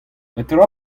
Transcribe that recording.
petra